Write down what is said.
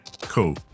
cool